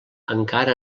encara